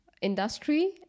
industry